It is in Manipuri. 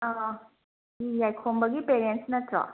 ꯑꯥ ꯁꯤ ꯌꯥꯏꯈꯣꯝꯕꯒꯤ ꯄꯦꯔꯦꯟꯁ ꯅꯠꯇ꯭ꯔꯣ